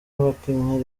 bakinnyi